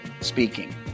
speaking